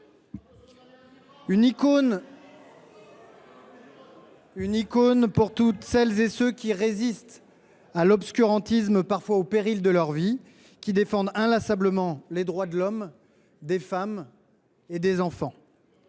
Une icône pour toutes celles et tous ceux qui résistent à l’obscurantisme, parfois au péril de leur vie, qui défendent inlassablement les droits de l’homme, des femmes, et des enfants.